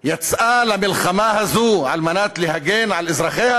יצאה למלחמה הזאת כדי להגן על אזרחיה?